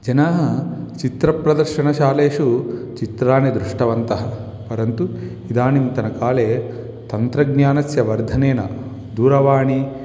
जनाः चित्रप्रदर्शनशालासु चित्राणि दृष्टवन्तः परन्तु इदानीन्तनकाले तन्त्रज्ञानस्य वर्धनेन दूरवाणी